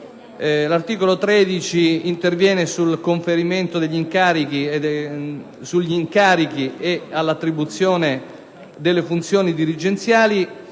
L'articolo 10 interviene sul conferimento di incarichi e l'attribuzione di funzioni dirigenziali,